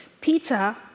Peter